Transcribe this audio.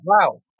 Wow